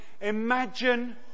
Imagine